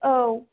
औ